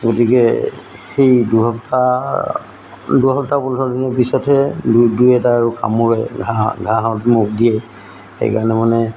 গতিকে সেই দুসপ্তাহ দুসপ্তাহ পোন্ধৰ দিনৰ পিছতহে দুই দুই এটা আৰু কামোৰে ঘাঁহ ঘাঁহত মুখ দিয়ে সেইকাৰণে মানে